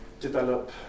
develop